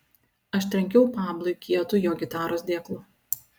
aš trenkiau pablui kietu jo gitaros dėklu